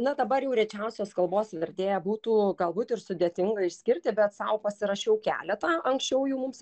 na dabar jau rečiausios kalbos vertėją būtų galbūt ir sudėtinga išskirti bet sau pasirašiau keletą anksčiau jų mums